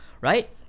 right